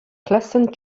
pleasant